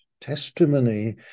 Testimony